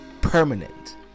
permanent